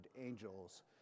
angels